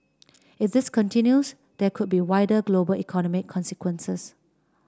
if this continues there could be wider global economic consequences